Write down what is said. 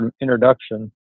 introduction